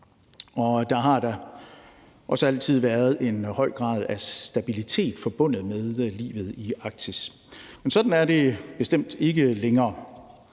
Der har også altid været en høj grad af stabilitet forbundet med livet i Arktis, men sådan er det bestemt ikke længere.